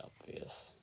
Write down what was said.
obvious